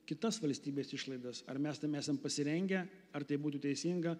kitas valstybės išlaidas ar mes tam esam pasirengę ar tai būtų teisinga